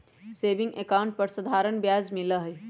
saving account पर साधारण ब्याज मिला हई